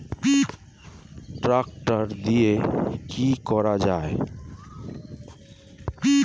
Tractor দিয়ে কি করা যায়?